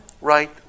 right